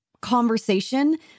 conversation